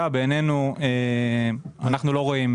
בקשה של משרד הביטחון לתיקון שבעינינו הוא תיקון